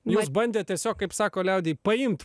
jūs bandėt tiesiog kaip sako liaudy paimt